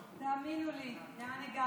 שלוש